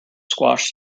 squashed